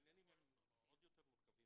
העניינים עוד יותר מורכבים.